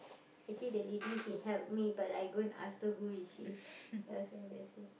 actually the lady she help me but I go and ask her who is she that was so embarassing